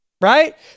Right